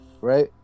right